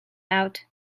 out